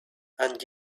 and